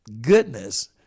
goodness